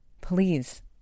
Please